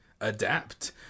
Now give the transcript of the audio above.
adapt